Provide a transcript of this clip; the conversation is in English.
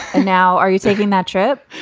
now, are you taking that trip?